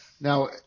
Now